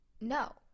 no